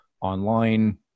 online